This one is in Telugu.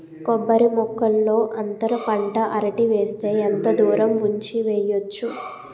కొబ్బరి మొక్కల్లో అంతర పంట అరటి వేస్తే ఎంత దూరం ఉంచి వెయ్యొచ్చు?